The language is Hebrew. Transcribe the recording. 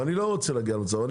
ואני לא רוצה להגיע למצב הזה.